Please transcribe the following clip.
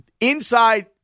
inside